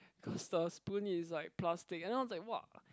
cause the spoon is like plastic you know like !wah!